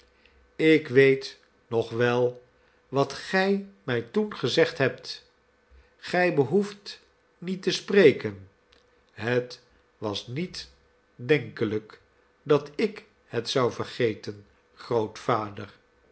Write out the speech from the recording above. ik weet nog wel wat gij mij toen gezegd hebt gij behoeft niet te spreken het was niet denkelijk dat ik het zou vergeten grootvader